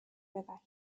river